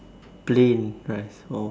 plain rice oh